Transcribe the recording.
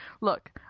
look